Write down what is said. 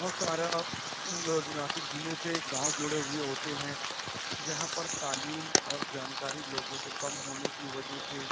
بہت سارا جو ناسک ضلع سے گاؤں جڑے ہوئے ہوتے ہیں جہاں پر تعلیم اور جانکاری لوگوں کو کم ہونے کی وجہ سے